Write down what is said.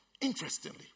Interestingly